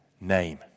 name